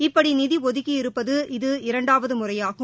இப்படி நிதி ஒதுக்கி இருப்பது இது இரண்டாவது முறையாகும்